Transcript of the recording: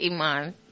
Iman